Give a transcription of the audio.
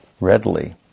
readily